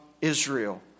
Israel